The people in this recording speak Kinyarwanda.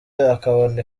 akabona